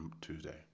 Tuesday